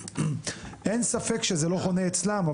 אין ספק שזה לא חונה אצלם,